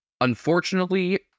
Unfortunately